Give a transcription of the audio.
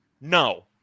No